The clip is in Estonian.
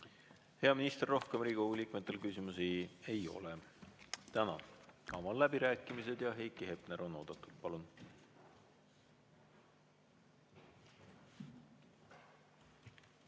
Hea minister, rohkem Riigikogu liikmetel küsimusi ei ole. Avan läbirääkimised. Heiki Hepner on oodatud. Palun!